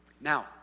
Now